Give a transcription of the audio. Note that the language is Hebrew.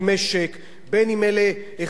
בין אם אלה חיות משק,